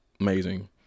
amazing